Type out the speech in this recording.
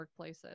workplaces